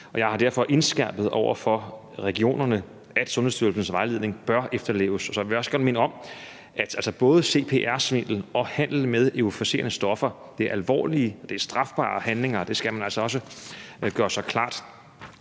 Jeg har derfor indskærpet over for regionerne, at Sundhedsstyrelsens vejledning bør efterleves. Så vil jeg også godt minde om, at både CPR-svindel og handel med euforiserende stoffer er alvorlige og strafbare handlinger, og det skal man altså også gøre sig klart.